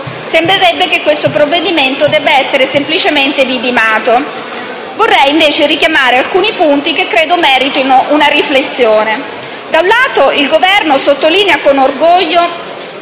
sembrerebbe che questo provvedimento debba essere semplicemente vidimato. Tuttavia, vorrei richiamare alcuni punti che credo meritino una riflessione. Da un lato, il Governo sottolinea con orgoglio